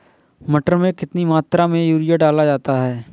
मटर में कितनी मात्रा में यूरिया डाला जाता है?